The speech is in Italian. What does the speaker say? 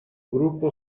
gruppo